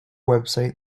website